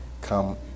come